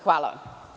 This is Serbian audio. Hvala.